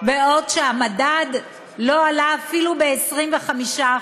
בעוד המדד לא עלה אפילו ב-25%.